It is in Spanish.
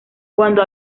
cuando